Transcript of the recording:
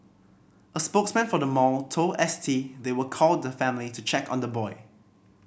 a spokesman for the mall told S T they will call the family to check on the boy